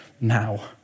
now